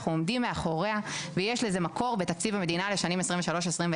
אנחנו עומדים מאחוריה ויש לזה מקור בתקציב המדינה לשנים 23'-24'.